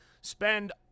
spend